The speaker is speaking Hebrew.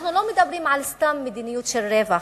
אנחנו לא מדברים על סתם מדיניות של רווח,